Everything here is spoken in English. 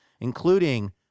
including